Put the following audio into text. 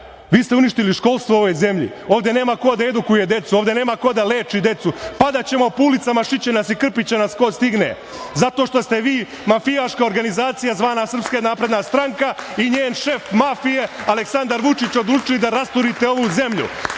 ste uništili školstvo u ovoj zemlji. Ovde nema ko da edukuje decu. Ovde nema ko da leči decu. Padaćemo po ulicama, šiće nas i krpiće nas ko stigne, zato što ste vi, mafijaška organizacija zvana Srpska napredna stranka i njen šef mafije, Aleksandar Vučić, odlučili da rasturite ovu zemlju,